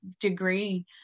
degree